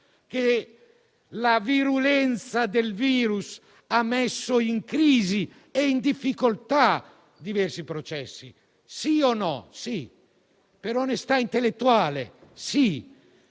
la virulenza del virus ha messo in crisi e in difficoltà diversi processi. Sì o no? Sì, per onestà intellettuale.